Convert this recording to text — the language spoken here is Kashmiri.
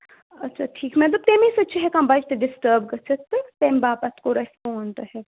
اَچھا ٹھیٖک مےٚ دوٚپ تٔمی سۭتۍ چھِ ہٮ۪کان بَچہِ تہِ ڈِسٹٲب گٔژھِتھ تہٕ تمہِ باپَتھ کوٚر اَسہِ تۄہہِ فون تۄہہِ